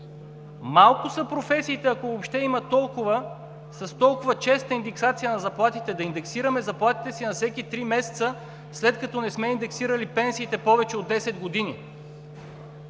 Малко са професиите, ако въобще има такива, с толкова честа индексация на заплатите – да индексираме заплатите си на всеки три месеца, след като не сме индексирали пенсиите повече от 10 години!